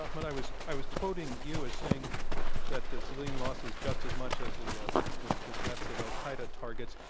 ahmed, i was i was quoting you as saying that the civilian loss is just as much as the ah the the death of al-qaeda targets.